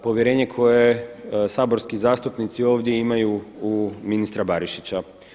Povjerenje koje saborski zastupnici ovdje imaju u ministra Barišića.